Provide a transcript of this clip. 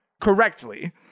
correctly